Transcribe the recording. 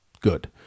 Good